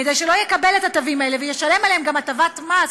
כדי שלא יקבל את התווים וישלם עליהם גם הטבת מס,